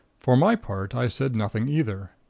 for my part, i said nothing either.